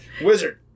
Wizard